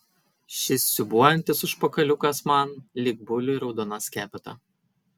šis siūbuojantis užpakaliukas man lyg buliui raudona skepeta